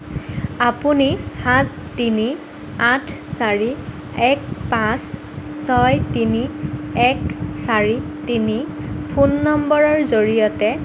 আপুনি সাত তিনি আঠ চাৰি এক পাঁচ ছয় তিনি এক চাৰি তিনি ফোন নম্বৰৰ জৰিয়তে